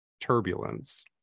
turbulence